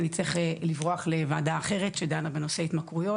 אני אצטרך לברוח לוועדה אחרת שדנה בנושא התמכרויות